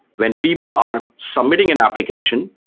when people are submitting an application,